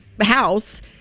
house